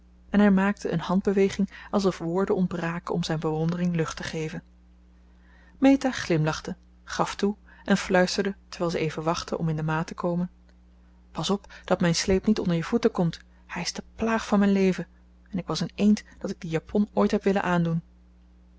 en hij maakte een handbeweging alsof woorden ontbraken om zijn bewondering lucht te geven meta glimlachte gaf toe en fluisterde terwijl ze even wachtten om in de maat te komen pas op dat mijn sleep niet onder je voeten komt hij is de plaag van mijn leven en ik was een eend dat ik die japon ooit heb willen aandoen